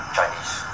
Chinese